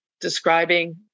describing